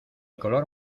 color